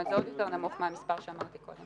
זאת אומרת, זה עוד יותר נמוך מהמספר שאמרתי קודם.